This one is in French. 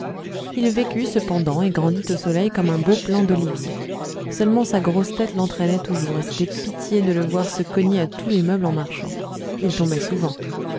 il vécut cependant et grandit au soleil comme un beau plant d'olivier seulement sa grosse tête l'entraînait toujours et c'était pitié de le voir se cogner à tous les meubles en marchant il tombait souvent